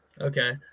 Okay